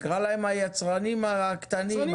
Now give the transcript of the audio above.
תקרא להם היצרנים הקטנים,